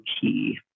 key